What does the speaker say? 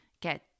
get